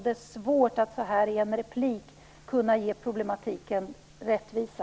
Det är svårt att i en replik göra problematiken rättvisa.